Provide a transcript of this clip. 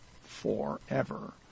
forever